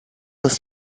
was